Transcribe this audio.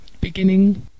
beginning